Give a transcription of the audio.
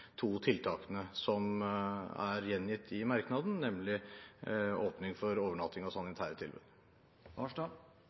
to tiltakene som er gjengitt i merknaden, nemlig åpning for overnatting og sanitære tilbud. I dagens nettutgave av